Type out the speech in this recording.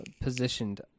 positioned